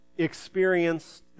experience